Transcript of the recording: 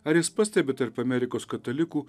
ar jis pastebi tarp amerikos katalikų